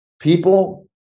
people